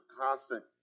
constant